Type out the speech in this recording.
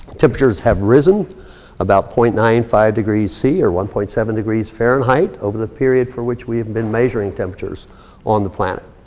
temperatures have risen about point nine five degrees c or one point seven degrees fahrenheit over the period for which we have been measuring temperatures on the planet.